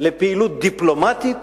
לפעילות דיפלומטית